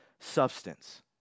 substance